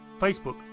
Facebook